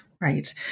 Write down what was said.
Right